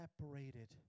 separated